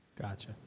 gotcha